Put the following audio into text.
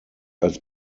als